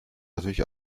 natürlich